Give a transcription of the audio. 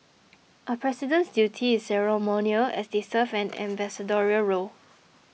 a president's duty is ceremonial as they serve an ambassadorial role